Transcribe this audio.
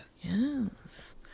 yes